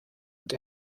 und